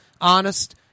Honest